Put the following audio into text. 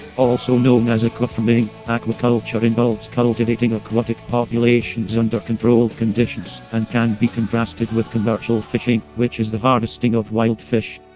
also known as aquafarming, aquaculture involves cultivating aquatic populations under controlled conditions, and can be contrasted with commercial fishing, which is the harvesting of wild fish.